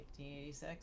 1986